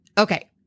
Okay